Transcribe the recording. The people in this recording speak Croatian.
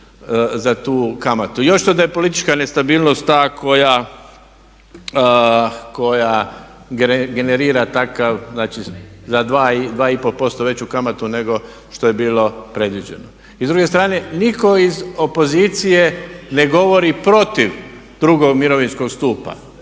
za tu kamatu. Još da je politička nestabilnost ta koja generira takav znači za 2,5% veću kamatu nego što je bilo predviđeno. I s druge strane nitko iz opozicije ne govori protiv drugog mirovinskog stupa.